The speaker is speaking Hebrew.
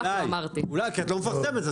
אולי כי את לא מפרסמת.